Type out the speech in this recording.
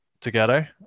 together